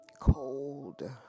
cold